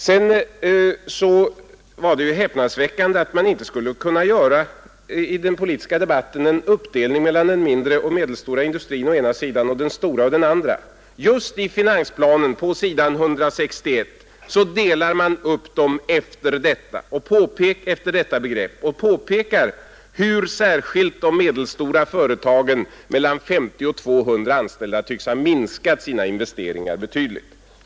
Det var också häpnadsväckande att man i den politiska debatten inte skulle kunna göra en uppdelning mellan den mindre och medelstora industrin å ena sidan och den stora å den andra. Just i finansplanen på s. 161 delar man upp industrin efter denna linje och påpekar att särskilt de medelstora företagen med mellan 50 och 200 anställda tycks ha minskat sina investeringar betydligt.